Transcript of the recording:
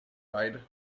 ride